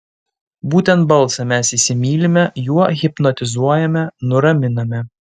būtent balsą mes įsimylime juo hipnotizuojame nuraminame